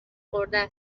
خورده